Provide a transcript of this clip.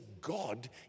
God